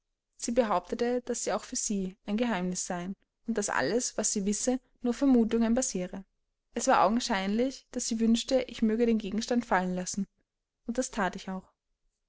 sie behauptete daß sie auch für sie ein geheimnis seien und daß alles was sie wisse nur auf vermutungen basiere es war augenscheinlich daß sie wünschte ich möge den gegenstand fallen lassen und das that ich auch